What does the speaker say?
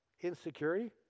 Insecurity